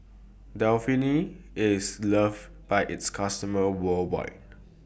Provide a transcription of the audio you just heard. IS loved By its customers worldwide